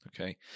okay